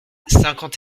cinquante